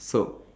so